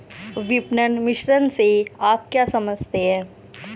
विपणन मिश्रण से आप क्या समझते हैं?